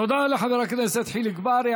תודה לחבר הכנסת חיליק בר.